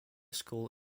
school